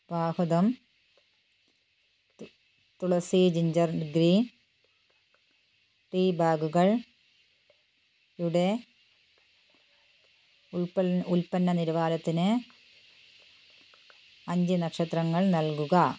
Vahdam tulsi ginger green tea ബാഗുകളുടെ ഉൽപൽ ഉൽപ്പന്ന നിലവാരത്തിന് അഞ്ച് നക്ഷത്രങ്ങൾ നൽകുക